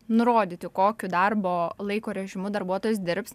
nurodyti kokiu darbo laiko režimu darbuotojas dirbs